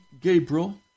Gabriel